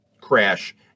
crash